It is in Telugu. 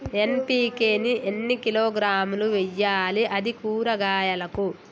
ఎన్.పి.కే ని ఎన్ని కిలోగ్రాములు వెయ్యాలి? అది కూరగాయలకు?